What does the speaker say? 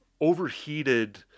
overheated